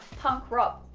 punk rock.